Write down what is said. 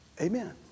Amen